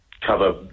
cover